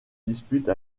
dispute